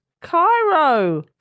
Cairo